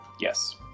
yes